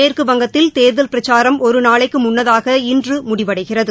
மேற்குவங்கத்தில் தோ்தல் பிரச்சாரம் ஒரு நாளைக்கு முன்னதாக இன்று முடிவடைகிறது